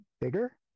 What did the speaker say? bigger